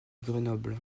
grenoble